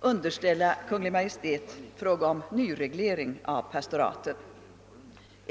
underställa Kungl. Maj:t fråga om nyreglering av pastoraten.